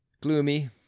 gloomy